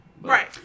right